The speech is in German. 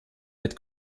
mit